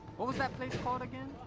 what was that place called again?